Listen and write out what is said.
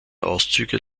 auszüge